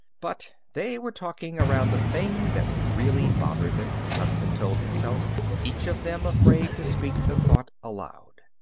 but they were talking around the thing that really bothered them, hudson told himself each of them afraid to speak the thought aloud.